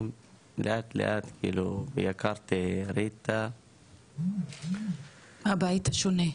לאט לאט כאילו והכרתי את ריטה --- ה"בית השונה".